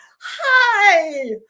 hi